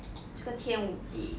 这个天舞纪